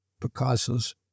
Picasso's